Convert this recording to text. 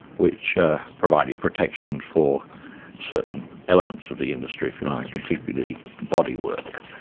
which provided protection for certain elements of the industry, if you like, particularly bodywork.